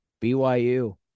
BYU